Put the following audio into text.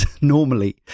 normally